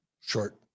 Short